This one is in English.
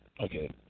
okay